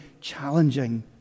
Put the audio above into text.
challenging